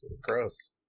Gross